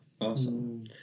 awesome